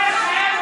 סליחה,